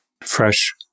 fresh